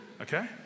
Okay